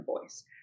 voice